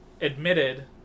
admitted